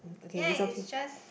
ya it's just